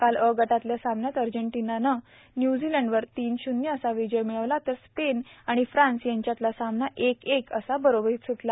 काल अ गटातल्या समान्यात अर्जेटिनानं न्यूझीलंडवर तीन शून्य असा विजय मिळवला तर स्पेन आणि फ्रान्स यांच्यातला सामना एक एक असा बरोबरीत सुटला